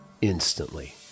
instantly